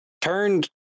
turned